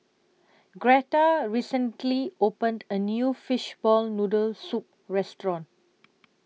Gretta recently opened A New Fishball Noodle Soup Restaurant